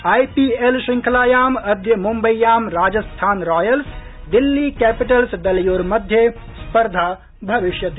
IPL श्रृंखलायाम् अद्य मुम्बइयां राजस्थान रॉयल्स दिल्ली कप्टिटल्स दलयोर्मध्ये स्पर्धा भविष्यति